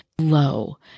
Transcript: Low